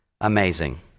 amazing